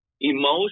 emotion